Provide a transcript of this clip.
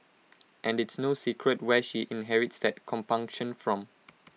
and it's no secret where she inherits that compunction from